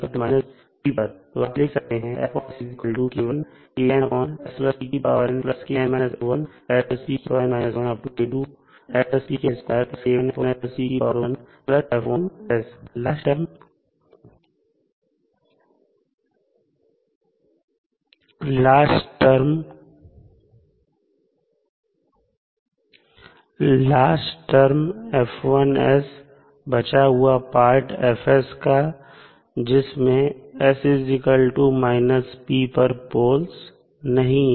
तब आप लिख सकते हैं लास्ट टर्म बचा हुआ पार्ट है का जिसमें s −p पर पोल्स नहीं है